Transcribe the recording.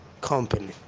company